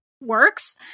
works